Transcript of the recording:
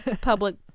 Public